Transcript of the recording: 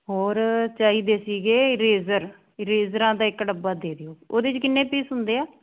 ਹੋਰ ਚਾਹੀਦੇ ਸੀਗੇ ਇਰੇਜ਼ਰ ਇਰੇਜ਼ਰਾਂ ਦਾ ਇੱਕ ਡੱਬਾ ਦੇ ਦਿਓ ਉਹਦੇ 'ਚ ਕਿੰਨੇ ਪੀਸ ਹੁੰਦੇ ਆ